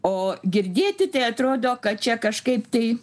o girdėti tai atrodo kad čia kažkaip tai